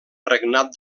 regnat